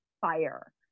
fire